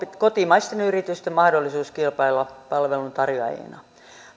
kotimaisten yritysten mahdollisuus kilpailla palveluntarjoajina